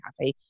happy